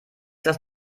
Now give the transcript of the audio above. das